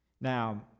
Now